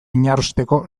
inarrosteko